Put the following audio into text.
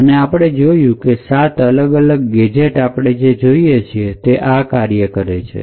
અને આપણે જોયું કે સાત અલગ અલગ ગેજેટ આપણે જે જોઈએ છે તે આ કાર્ય કરે છે